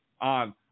on